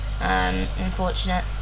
unfortunate